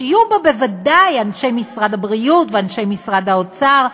שיהיו בה בוודאי אנשי משרד הבריאות ואנשי משרד האוצר,